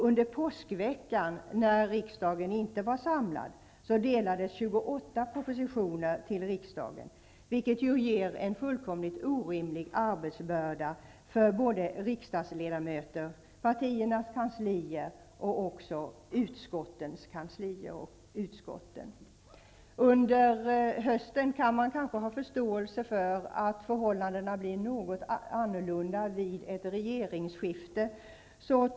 Under påskveckan, när riksdagen inte var samlad, lämnades 28 propositioner till riksdagen -- vilket gav en orimlig arbetsbörda för både riksdagsledamöter, partiernas kanslier och utskottens kanslier. Det går att ha förståelse för att förhållandena vid ett regeringsskifte blir annorlunda -- såsom i höstas.